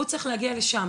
הוא צריך להגיע לשם.